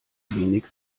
wenig